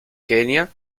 kenia